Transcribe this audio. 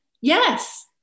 yes